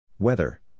Weather